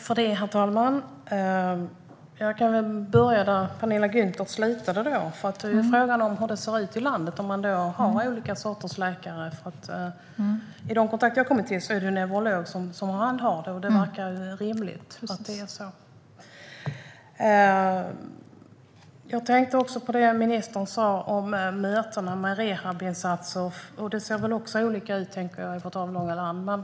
Herr talman! Jag kan börja där Penilla Gunther slutade. Frågan är hur det ser ut i landet och om man har olika sorters läkare. I de kontakter som jag har haft är det neurologer som handhar detta. Det verkar rimligt att det är så. Jag tänkte också på det ministern sa om mötena om rehabinsatser. Det ser väl också olika ut i vårt avlånga land tänker jag.